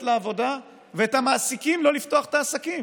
לעבודה ואת המעסיקים לא לפתוח את העסקים.